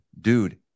dude